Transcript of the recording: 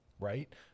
right